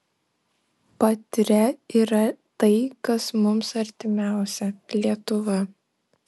patria yra tai kas mums artimiausia lietuva